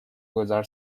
گذار